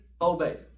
obey